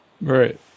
Right